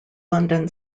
london